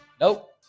Nope